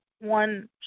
one